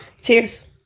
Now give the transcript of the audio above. Cheers